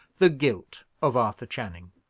the guilt of arthur channing.